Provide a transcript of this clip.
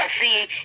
see